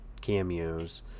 cameos